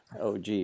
OG